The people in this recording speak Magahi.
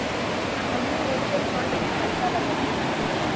हमहुँ म्यूचुअल फंड में पइसा लगइली हबे